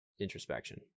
introspection